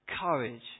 courage